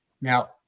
Now